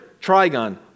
trigon